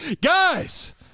Guys